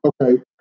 Okay